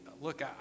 look